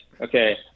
okay